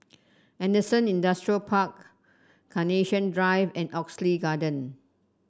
Henderson Industrial Park Carnation Drive and Oxley Garden